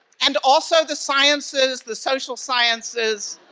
and also the sciences the social sciences,